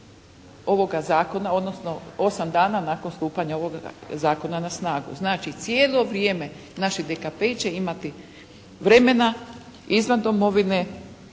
ovoga zakona, odnosno osam dana nakon stupanja ovoga zakona na snagu. Znači, cijelo vrijeme naši dekapei će imati vremena izvan domovine